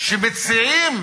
שמציעים